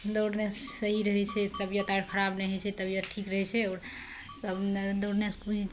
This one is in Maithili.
दौड़नेसँ सही रहय छै तबियत खराब नहि रहय छै तबियत ठीक रहय छै आओर सब दौड़नेसँ